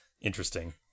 interesting